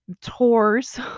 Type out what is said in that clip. tours